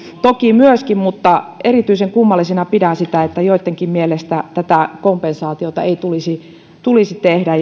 toki myöskin mutta erityisen kummallisena pidän sitä että joittenkin mielestä tätä kompensaatiota ei tulisi tulisi tehdä